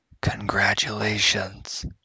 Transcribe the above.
Congratulations